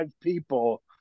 people